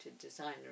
designer